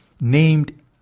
named